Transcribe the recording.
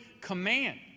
command